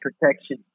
protection